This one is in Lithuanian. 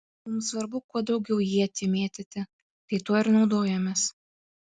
mums svarbu kuo daugiau ietį mėtyti tai tuo ir naudojamės